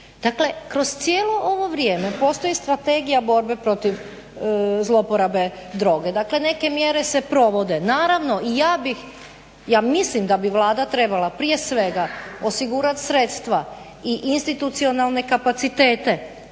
Dakle, kroz cijelo ovo vrijeme postoji Strategija borbe protiv zlouporabe droge. Dakle, neke mjere se provode. Naravno i ja bih, ja mislim da bi Vlada trebala prije svega osigurat sredstva i institucionalne kapacitete